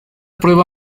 prueba